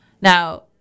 Now